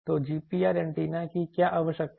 तो GPR antenna की क्या आवश्यकता है